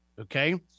Okay